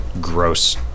gross